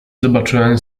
zobaczyłem